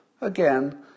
Again